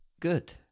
good